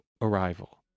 arrival